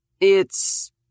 It's